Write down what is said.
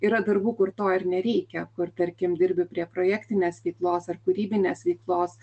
yra darbų kur to ir nereikia kur tarkim dirbi prie projektinės veiklos ar kūrybinės veiklos